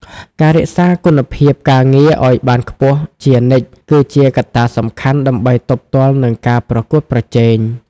ការរក្សាគុណភាពការងារឱ្យបានខ្ពស់ជានិច្ចគឺជាកត្តាសំខាន់ដើម្បីទប់ទល់នឹងការប្រកួតប្រជែង។